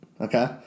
okay